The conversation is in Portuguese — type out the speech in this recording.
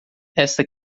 esta